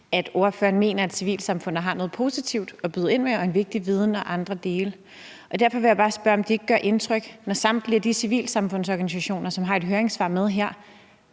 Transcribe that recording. ordføreren mener, at civilsamfundet har noget positivt at byde ind med og en vigtig viden og andre dele. Derfor vil jeg bare spørge, om ikke det gør indtryk, når samtlige civilsamfundsorganisationer, som har et høringssvar med her,